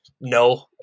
No